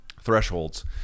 thresholds